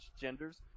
genders